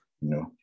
No